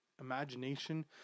imagination